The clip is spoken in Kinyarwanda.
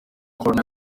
bakorana